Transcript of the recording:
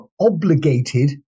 obligated